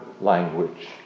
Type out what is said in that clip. language